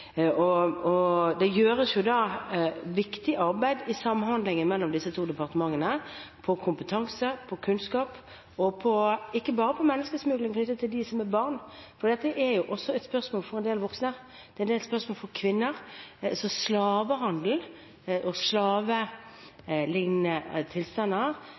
Det gjøres viktig arbeid i samhandlingen mellom disse to departementene på kompetanse, kunnskap og ikke bare på menneskesmugling knyttet til de som er barn, for dette er også et spørsmål for en del voksne, det er et spørsmål for en del kvinner. Så slavehandel og slavelignende tilstander